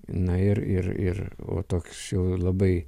na ir ir ir o toks labai